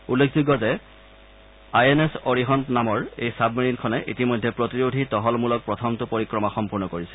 উল্লেখযোগ্য যে I N S Arihant মানৰ এই ছাবমেৰিণখনে ইতিমধ্যে প্ৰতিৰোধী টহলমূলক প্ৰথমটো পৰিক্ৰমা সম্পৰ্ণ কৰিছে